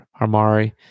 Armari